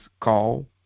call